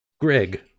Greg